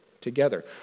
together